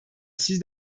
siz